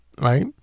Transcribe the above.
right